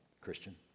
Christian